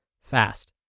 fast